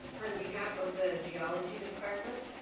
on behalf of the geology department,